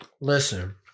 listen